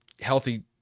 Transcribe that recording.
healthy